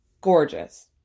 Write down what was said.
gorgeous